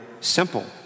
simple